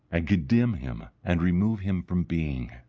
and condemn him, and remove him from being.